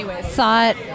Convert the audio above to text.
thought